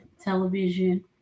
television